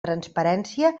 transparència